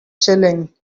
chilling